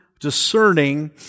discerning